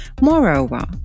Moreover